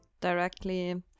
directly